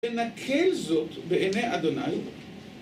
ונקל זאת בעיני אדוני.